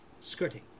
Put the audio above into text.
Skirting